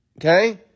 Okay